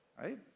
right